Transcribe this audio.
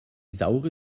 saure